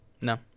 No